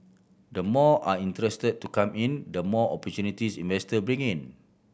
the more are interested to come in the more opportunities investor bring in